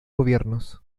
gobiernos